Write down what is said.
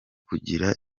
kugira